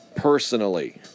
personally